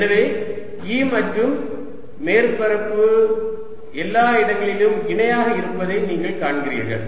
எனவே E மற்றும் மேற்பரப்பு எல்லா இடங்களிலும் இணையாக இருப்பதை நீங்கள் காண்கிறீர்கள்